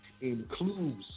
Includes